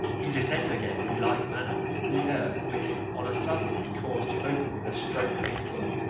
he descended again in like manner to the earth, which on a sudden he caused to open with a stroke of his foot,